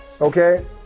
Okay